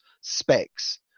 specs